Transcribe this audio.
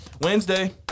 Wednesday